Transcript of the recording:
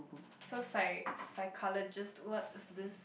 so psy~ psychologist what is this